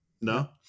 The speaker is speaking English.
No